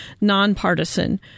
nonpartisan